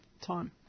time